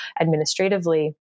administratively